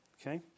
okay